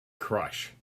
crush